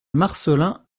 marcelin